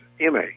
MA